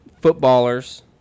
footballers